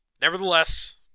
Nevertheless